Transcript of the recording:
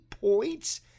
points